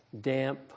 damp